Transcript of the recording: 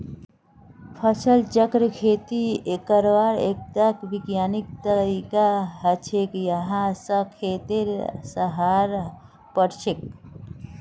फसल चक्र खेती करवार एकटा विज्ञानिक तरीका हछेक यहा स खेतेर सहार बढ़छेक